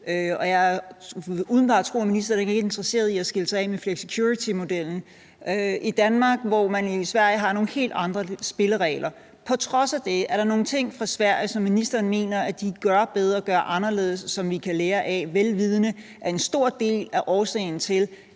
og jeg vil umiddelbart tro, at ministeren ikke er interesseret i at skille sig af med flexicuritymodellen i Danmark. I Sverige har man nogle helt andre spilleregler. Er der på trods af det så nogle ting i Sverige, som ministeren mener de gør bedre, gør anderledes, og som vi kan lære af, vel vidende at en stor del af årsagen til,